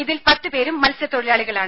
ഇതിൽ പത്ത് പേരും മത്സ്യത്തൊഴിലാളികളാണ്